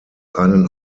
einen